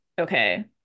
Okay